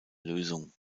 lösung